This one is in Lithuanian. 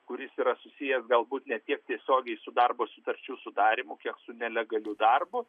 kuris yra susijęs galbūt ne tiek tiesiogiai su darbo sutarčių sudarymu kiek su nelegaliu darbu